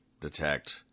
detect